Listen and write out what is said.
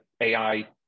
AI